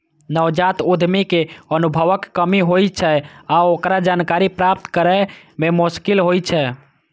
नवजात उद्यमी कें अनुभवक कमी होइ छै आ ओकरा जानकारी प्राप्त करै मे मोश्किल होइ छै